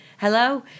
hello